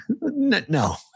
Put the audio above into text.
No